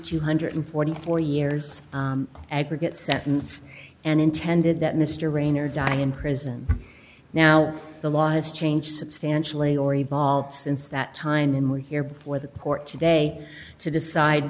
two hundred and forty four years aggregate sentence and intended that mr raynor die in prison now the laws change substantially or evolved since that time and were here before the court today to decide